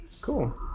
Cool